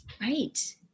Right